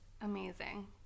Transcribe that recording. amazing